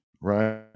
right